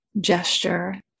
gesture